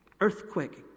earthquake